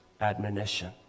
admonition